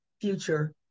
future